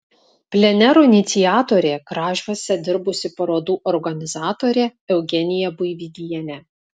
plenerų iniciatorė kražiuose dirbusi parodų organizatorė eugenija buivydienė